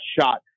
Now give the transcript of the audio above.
shot